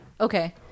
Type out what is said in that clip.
Okay